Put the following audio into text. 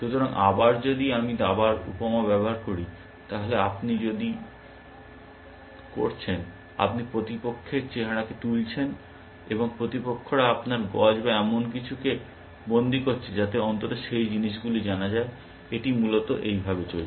সুতরাং আবার যদি আমি দাবার উপমা ব্যবহার করি তাহলে আপনি যদি করছেন আপনি প্রতিপক্ষের চেহারাকে তুলছেন এবং প্রতিপক্ষরা আপনার গজ বা এমন কিছুকে বন্দী করছে যাতে অন্তত সেই জিনিসগুলি জানা যায় এটি মূলত এভাবে চলে যাচ্ছে